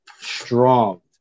strong